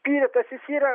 spiritas jis yra